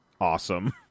awesome